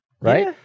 Right